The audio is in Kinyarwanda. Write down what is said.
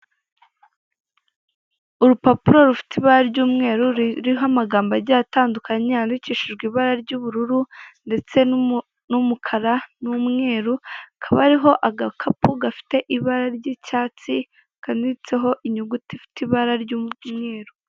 Urupapuro rufite ibara ry'umweru, ruriho amagambo agiye atandukanye yandikishijwe ibara ry'ubururu, ndetse n'umukara n'umweru, akaba ariho agakapu gafite ibara ry'icyatsi kanditseho inyuguti ifite ibara ry'umweru.